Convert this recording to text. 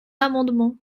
amendement